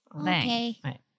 Okay